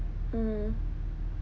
mm